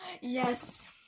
Yes